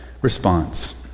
response